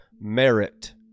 merit